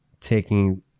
taking